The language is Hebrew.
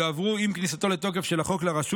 יעברו עם כניסתו לתוקף של החוק לרשות